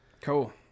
cool